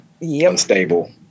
unstable